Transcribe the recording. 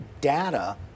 data